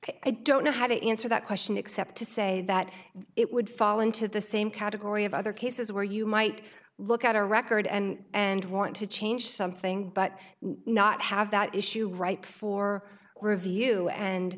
i don't know how to answer that question except to say that it would fall into the same category of other cases where you might look at a record and and want to change something but not have that issue right for review and